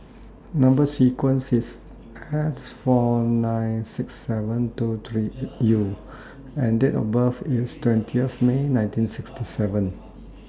Number sequence IS S four nine six seven two three eight U and Date of birth IS twentieth May nineteen sixty seven